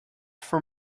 for